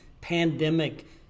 pandemic